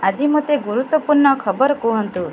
ଆଜି ମୋତେ ଗୁରୁତ୍ୱପୂର୍ଣ୍ଣ ଖବର କୁହନ୍ତୁ